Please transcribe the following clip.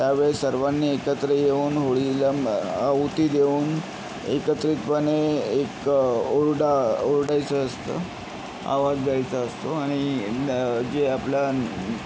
त्यावेळेस सर्वांनी एकत्र येऊन होळीला आहुती देऊन एकत्रितपणे एक ओरडा ओरडायचं असतं आवाज द्यायचा असतो आणि न जे आपल्या